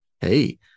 Hey